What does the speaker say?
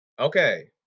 Okay